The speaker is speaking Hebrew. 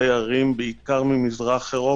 לסיני תיירים בעיקר ממזרח אירופה,